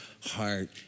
heart